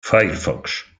firefox